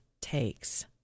takes